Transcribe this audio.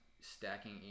stacking